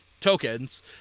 tokens